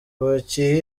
ndetse